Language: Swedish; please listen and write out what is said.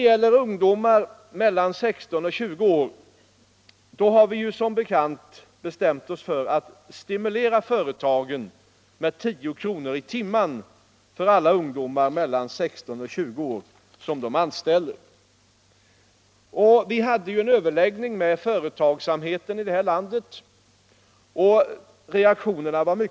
Vi har vidare som bekant beslutat stimulera företagen med 10 kr. i timmen för alla ungdomar mellan 16 och 20 år som man anställer.